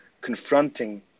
confronting